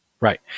Right